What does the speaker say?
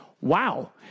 wow